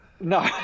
No